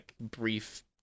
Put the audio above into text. brief